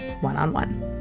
one-on-one